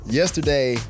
yesterday